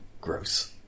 Gross